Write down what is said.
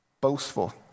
Boastful